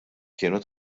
kienu